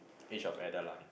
age of Adaline